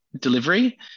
delivery